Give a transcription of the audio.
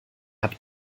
hat